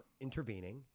intervening